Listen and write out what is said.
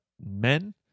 men